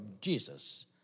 Jesus